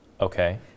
Okay